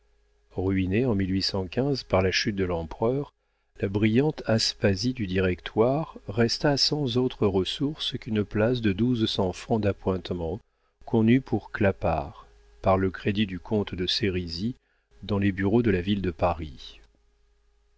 ruinée en par la chute de l'empereur la brillante aspasie du directoire resta sans autres ressources qu'une place de douze cents francs d'appointements qu'on eut pour clapart par le crédit du comte de sérisy dans les bureaux de la ville de paris